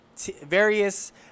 various